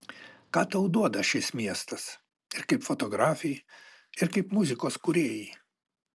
ką tau duoda šis miestas ir kaip fotografei ir kaip muzikos kūrėjai